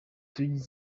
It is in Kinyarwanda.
tujye